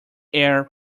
air